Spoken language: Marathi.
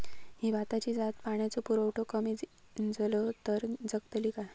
ही भाताची जात पाण्याचो पुरवठो कमी जलो तर जगतली काय?